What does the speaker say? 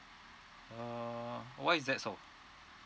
uh why is that so